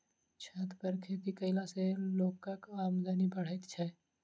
छत पर खेती कयला सॅ लोकक आमदनी बढ़ैत छै